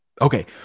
Okay